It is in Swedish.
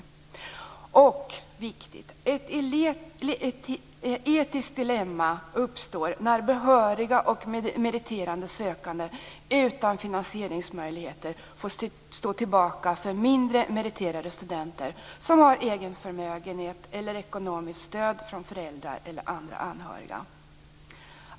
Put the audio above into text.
Viktigt är också följande: Ett etiskt dilemma uppstår när behöriga och meriterade sökande utan finansieringsmöjligheter får stå tillbaka för mindre meriterade studenter som har egen förmögenhet eller som får ekonomiskt stöd från föräldrar eller andra anhöriga.